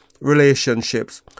relationships